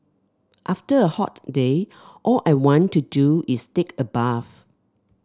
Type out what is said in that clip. after a hot day all I want to do is take a bath